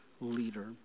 leader